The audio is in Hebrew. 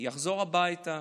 יחזור הביתה,